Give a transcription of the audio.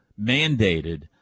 mandated